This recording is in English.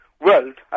world